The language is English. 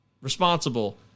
responsible